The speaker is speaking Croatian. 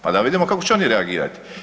Pa da vidimo kako će oni reagirati.